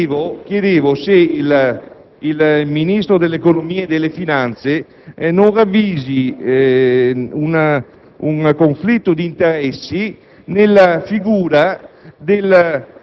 chiedevo se il Ministro dell'economia e delle finanze non ravvisasse un conflitto di interessi nella figura